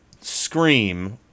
Scream